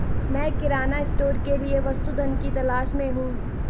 मैं किराना स्टोर के लिए वस्तु धन की तलाश में हूं